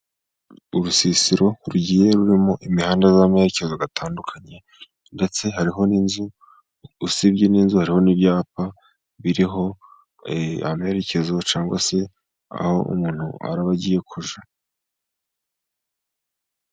Urusisiro rugiye rurimo imihanda yamerekezo atandukanye, ndetse hariho n'inzu. Usibye n'inzu hariho n'ibyapa biriho amerekezo cyangwa se aho umuntu araba agiye kujya.